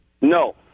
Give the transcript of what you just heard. No